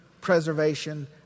preservation